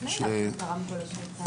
שבתוך משרד החינוך.